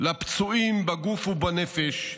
לפצועים בגוף ובנפש,